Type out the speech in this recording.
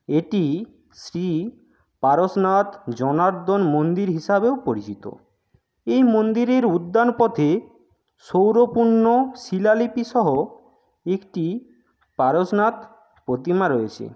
এটি শ্রী পারশনাথ জনার্দন মন্দির হিসাবেও পরিচিত এই মন্দিরের উদ্যান পথে সৌরপুণ্য শিলালিপিসহ একটি পারশনাথ প্রতিমা রয়েছে